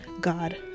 God